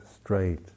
straight